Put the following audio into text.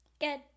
Good